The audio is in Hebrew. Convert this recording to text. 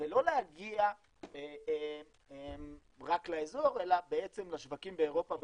ולא להגיע רק לאזור אלא לשווקים באירופה ובאסיה.